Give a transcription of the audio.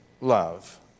love